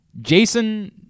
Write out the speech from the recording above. Jason